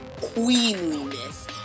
queenliness